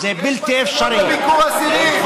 יש מצלמות בביקור אסירים.